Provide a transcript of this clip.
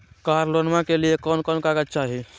कार लोनमा के लिय कौन कौन कागज चाही?